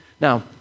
Now